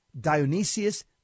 Dionysius